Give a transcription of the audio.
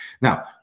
Now